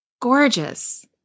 gorgeous